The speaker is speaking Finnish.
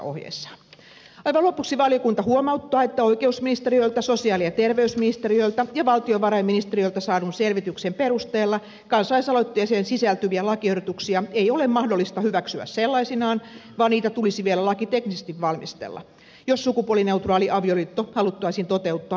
aivan lopuksi valiokunta huomauttaa että oikeusministeriöltä sosiaali ja terveysministeriöltä ja valtiovarainministeriöltä saadun selvityksen perusteella kansalaisaloitteeseen sisältyviä lakiehdotuksia ei ole mahdollista hyväksyä sellaisinaan vaan niitä tulisi vielä lakiteknisesti valmistella jos sukupuolineutraali avioliitto haluttaisiin toteuttaa niiden pohjalta